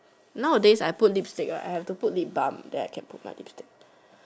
nowadays I put lipstick right I have to put lip balm then I can put my lipstick